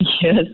Yes